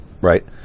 right